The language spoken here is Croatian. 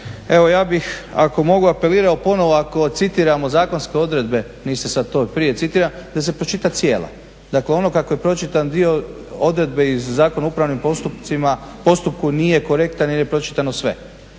evo ja bih ako mogu apelirao ponovo ako citiramo zakonske odredbe niste sad to, prije citiram da se pročita cijela. Dakle, ono kako je pročitan dio odredbe iz Zakona o upravnom postupku nije korektan jer je pročitano sve.